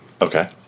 Okay